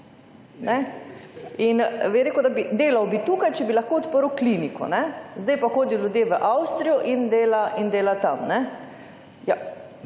In je rekel, delal bi tukaj, če bi lahko odprl kliniko. Zdaj pa hodijo ljudje v Avstrijo in dela tam.